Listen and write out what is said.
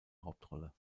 hauptrolle